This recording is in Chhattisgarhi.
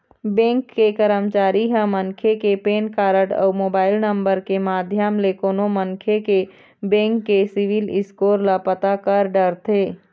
बेंक के करमचारी ह मनखे के पेन कारड अउ मोबाईल नंबर के माध्यम ले कोनो मनखे के बेंक के सिविल स्कोर ल पता कर डरथे